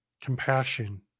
Compassion